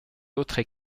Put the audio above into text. autres